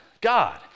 God